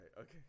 okay